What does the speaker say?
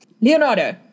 Leonardo